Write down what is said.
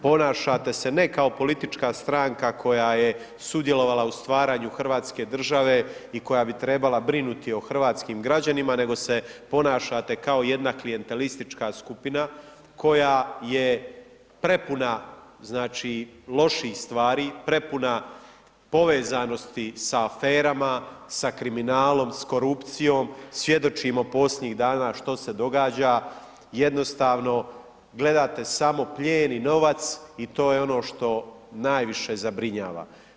Ponašate se, ne kao politička stranka koja je sudjelovala u stvaranju hrvatske države i koja bi trebala brinuti o hrvatskim građanima nego se ponašate kao jedna klijentistička skupina koja je prepuna loših stvari, prepuna povezanosti sa aferama, sa kriminalom, s korupcijom, svjedočimo posljednjih dana što se događa, jednostavno, gledate samo plijen i novac i to je ono što najviše zabrinjava.